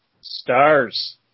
Stars